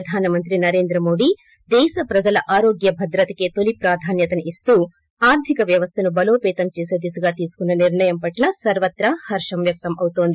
ప్రధాన మంత్రి నరేంద్ర మోడి దేశ ప్రజల ఆరోగ్య భద్రతకే తొలి ప్రాధాన్యత ఇస్తూ ఆర్గేక వ్యవస్థను బలోపేతం చేసే దిశగా తీసుకున్న నిర్ణయం పట్ల సర్వత్రా హర్గం వ్యక్తమవుతోంది